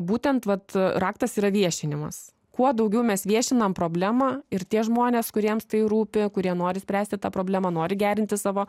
būtent vat raktas yra viešinimas kuo daugiau mes viešinam problemą ir tie žmonės kuriems tai rūpi kurie nori spręsti tą problemą nori gerinti savo